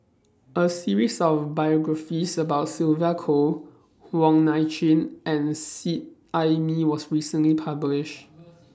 A series of biographies about Sylvia Kho Wong Nai Chin and Seet Ai Mee was recently published